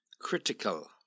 Critical